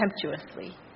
contemptuously